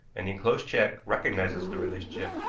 and the enclosed check recognizes the relationship,